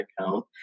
account